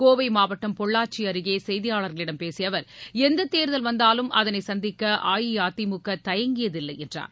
கோவை மாவட்டம் பொள்ளாச்சி அருகே செய்தியாளர்களிடம் பேசிய அவர் எந்த தேர்தல் வந்தாலும் அதனை சந்திக்க அஇஅதிமுக தயங்கியதில்லை என்றார்